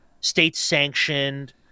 state-sanctioned